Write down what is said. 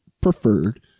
preferred